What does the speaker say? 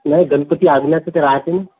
नाही गणपती आगमनाचं ते राहते न